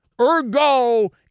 ergo